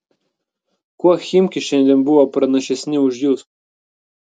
kuo chimki šiandien buvo pranašesni už jus